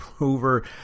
over